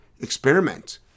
Experiment